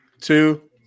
two